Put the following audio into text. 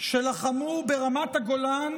שלחמו ברמת הגולן